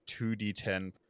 2d10